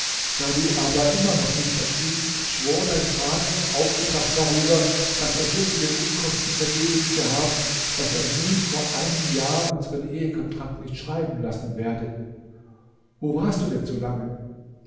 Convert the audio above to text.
da du aber immer nicht erschienst schwor dein vater aufgebracht darüber daß er so viele unkosten vergebens gehabt daß er nun vor einem jahr unseren ehekontrakt nicht schreiben lassen werde wo warst du denn so lange